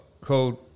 called